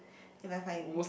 if I find